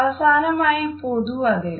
അവസാനമായി പൊതു അതിര്